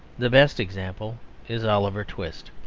the best example is oliver twist.